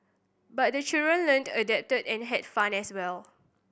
but the children learnt adapted and had fun as well